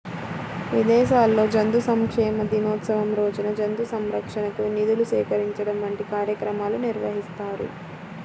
విదేశాల్లో జంతు సంక్షేమ దినోత్సవం రోజున జంతు సంరక్షణకు నిధులు సేకరించడం వంటి కార్యక్రమాలు నిర్వహిస్తారు